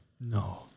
No